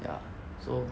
ya so